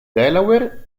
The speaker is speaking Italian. delaware